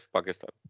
Pakistan